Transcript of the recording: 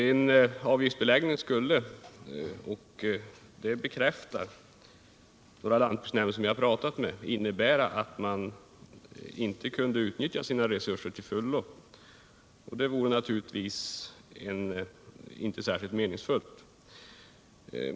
En avgiftsbeläggning skulle — och det bekräftas av representanter för några av de lantbruksnämnder som jag vänt mig till — innebära att resurserna inte skulle kunna utnyttjas till fullo, vilket naturligtvis inte vore särskilt meningsfullt.